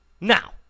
Now